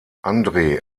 andre